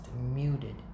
muted